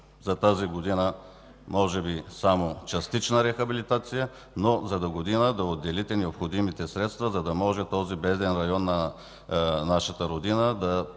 за тази година може би само частична рехабилитация, но за догодина да отделите необходимите средства, за да може този беден район на нашата Родина да